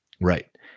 right